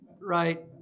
Right